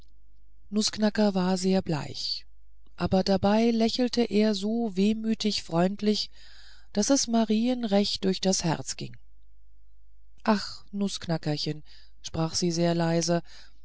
nußknacker war sehr bleich aber dabei lächelte er so wehmütig freundlich daß es marien recht durch das herz ging ach nußknackerchen sprach sie sehr leise